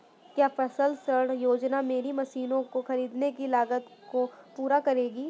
क्या फसल ऋण योजना मेरी मशीनों को ख़रीदने की लागत को पूरा करेगी?